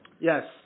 Yes